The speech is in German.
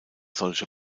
solche